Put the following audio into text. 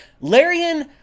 Larian